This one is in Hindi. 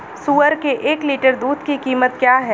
सुअर के एक लीटर दूध की कीमत क्या है?